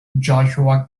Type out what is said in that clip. joshua